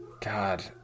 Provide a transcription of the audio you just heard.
God